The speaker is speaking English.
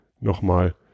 nochmal